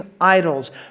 idols